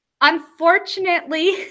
unfortunately